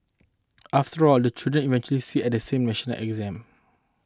after all the children eventually sit at the same national exam